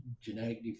genetic